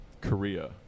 Korea